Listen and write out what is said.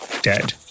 dead